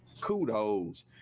Kudos